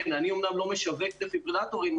אני אומנם לא משווק דפיברילטורים,